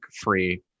free